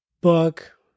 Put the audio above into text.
book